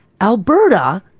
Alberta